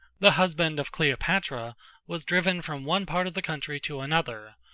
the husband of cleopatra was driven from one part of the country to another,